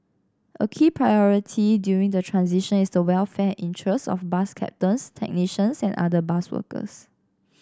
a key priority during the transition is the welfare and interests of bus captains technicians and other bus workers